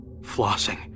flossing